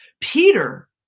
Peter